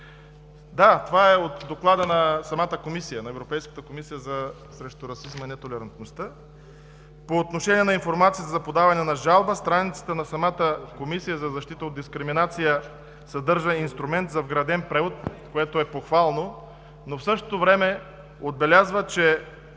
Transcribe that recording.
сайт. Това е от доклада на Европейската комисия срещу расизма и нетолерантността. По отношение на информация за подаване на жалба, страницата на Комисията за защита от дискриминация съдържа инструмент за вграден превод, което е похвално, но в същото време отбелязва, че